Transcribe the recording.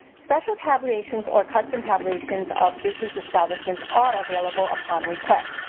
special tabulations or custom tabulations of business establishments are available upon request.